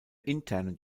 internen